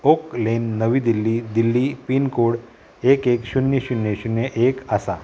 okay लेन नवी Delhi Delhi pincode एक शुन्य शुन्य शुन्य एक आसा